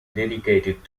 dedicated